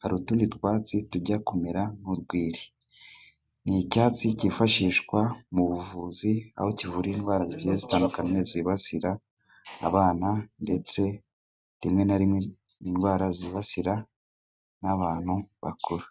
hari utundi twatsi tujya kumera nk'urwiri. Ni icyatsi cyifashishwa mu buvuzi aho kivura indwara zigiye zitandukanye zibasira abana, ndetse rimwe na rimwe indwara zibasira n'abantu bakuru.